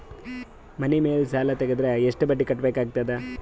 ಮನಿ ಮೇಲ್ ಸಾಲ ತೆಗೆದರ ಎಷ್ಟ ಬಡ್ಡಿ ಕಟ್ಟಬೇಕಾಗತದ?